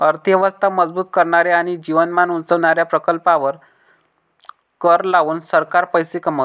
अर्थ व्यवस्था मजबूत करणाऱ्या आणि जीवनमान उंचावणाऱ्या प्रकल्पांवर कर लावून सरकार पैसे कमवते